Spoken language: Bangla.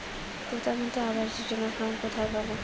প্রধান মন্ত্রী আবাস যোজনার ফর্ম কোথায় পাব?